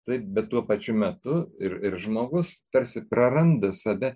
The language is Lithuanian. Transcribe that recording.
taip bet tuo pačiu metu ir ir žmogus tarsi praranda save